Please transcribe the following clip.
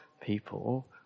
people